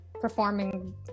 performing